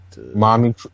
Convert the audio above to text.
Mommy